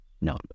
no